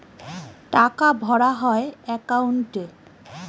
টাকা ভরা হয় একাউন্টে